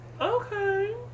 Okay